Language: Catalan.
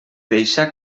deixar